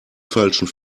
falschen